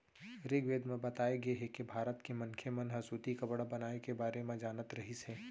ऋगवेद म बताए गे हे के भारत के मनखे मन ह सूती कपड़ा बनाए के बारे म जानत रहिस हे